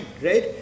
right